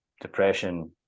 depression